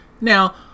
Now